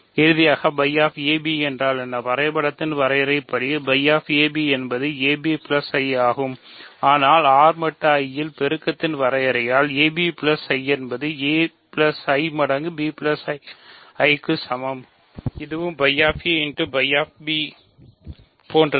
1 வரையறையால் 1 I க்கு செல்கிறது